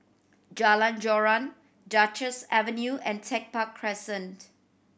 Jalan Joran Duchess Avenue and Tech Park Crescent